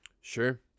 sure